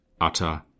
utter